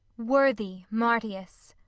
worthy marcius,